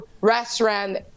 restaurant